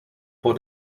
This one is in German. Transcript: vor